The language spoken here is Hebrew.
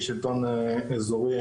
כשלטון אזורי,